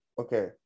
Okay